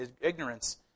ignorance